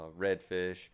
redfish